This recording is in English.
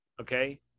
Okay